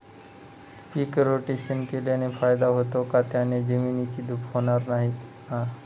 पीक rotation केल्याने फायदा होतो का? त्याने जमिनीची धूप होणार नाही ना?